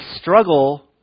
struggle